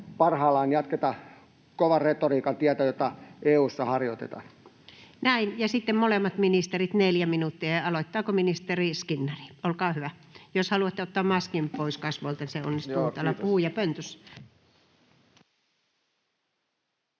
eikä jatkettaisi kovan retoriikan tietä, jota EU:ssa parhaillaan harjoitetaan? Näin, ja sitten molemmat ministerit 4 minuuttia. Aloittaako ministeri Skinnari? — Olkaa hyvä. Jos haluatte ottaa maskin pois kasvoilta, niin se onnistuu täällä puhujapöntössä.